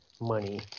money